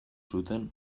zuten